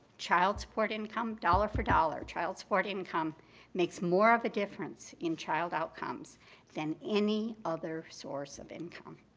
child support income dollar for dollar, child support income makes more of a difference in child outcomes than any other source of income.